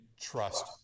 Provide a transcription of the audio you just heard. trust